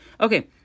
Okay